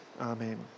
Amen